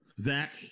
Zach